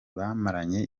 bamaranye